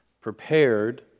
Prepared